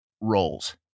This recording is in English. roles